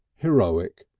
heroic,